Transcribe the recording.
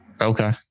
Okay